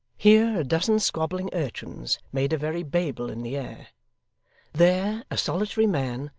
here, a dozen squabbling urchins made a very babel in the air there, a solitary man,